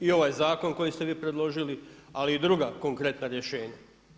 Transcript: I ovaj zakon koji ste vi predložili ali i druga konkretna rješenja.